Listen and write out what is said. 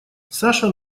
саша